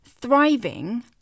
thriving